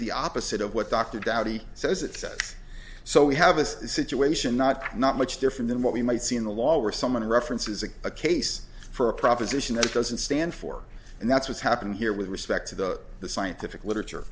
the opposite of what dr dowdy says it says so we have a situation not that not much different than what we might see in the law where someone references in a case for a proposition that it doesn't stand for and that's what's happened here with respect to the the scientific literature